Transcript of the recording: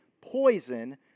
poison